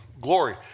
glory